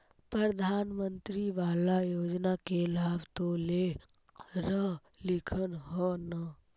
प्रधानमंत्री बाला योजना के लाभ तो ले रहल्खिन ह न?